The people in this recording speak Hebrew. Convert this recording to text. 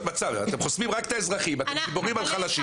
אתם חוסמים רק את האזרחים, אתם גיבורים על חלשים.